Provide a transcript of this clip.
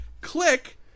click